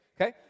okay